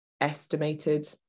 estimated